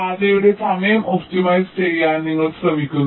പാതയുടെ സമയം ഒപ്റ്റിമൈസ് ചെയ്യാൻ നിങ്ങൾ ശ്രമിക്കുന്നു